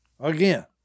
Again